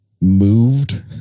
moved